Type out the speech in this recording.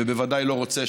ובוודאי לא רוצה